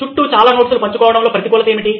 చుట్టూ చాలా నోట్స్ లను పంచుకోవడంలో ప్రతికూలత ఏమిటి